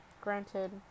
granted